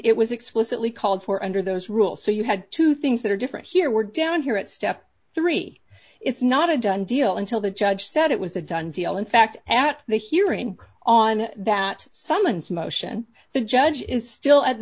it was explicitly called for under those rules so you had two things that are different here we're down here at step three it's not a done deal until the judge said it was a done deal in fact at the hearing on that summons motion the judge is still at